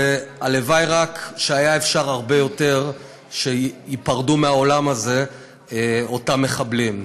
ורק הלוואי שהיה אפשר הרבה יותר שייפרדו מהעולם הזה אותם מחבלים.